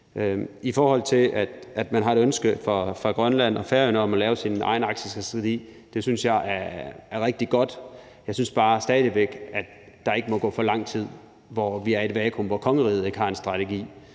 godt, at man har et ønske fra Grønland og Færøernes side om at lave sine egen Arktisstrategi. Jeg synes bare stadig væk, at der ikke må gå for lang tid, hvor vi er i et vakuum, hvor kongeriget ikke har en strategi.